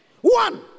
one